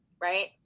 right